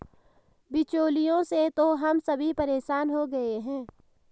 बिचौलियों से तो हम सभी परेशान हो गए हैं